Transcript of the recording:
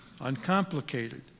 uncomplicated